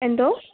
എന്തോ